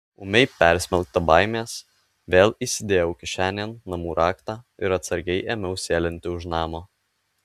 ūmiai persmelkta baimės vėl įsidėjau kišenėn namų raktą ir atsargiai ėmiau sėlinti už namo